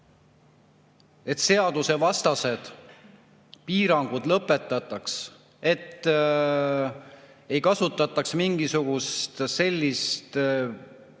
et seadusevastased piirangud lõpetataks, et ei kasutataks mingisugust sellist ma